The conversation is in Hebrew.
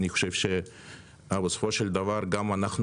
אני חושב שבסופו של דבר גם אנחנו,